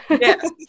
yes